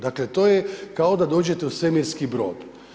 Dakle, to je kao da dođete u svemirski brod.